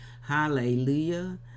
hallelujah